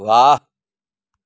વાહ